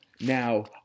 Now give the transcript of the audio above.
Now